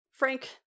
Frank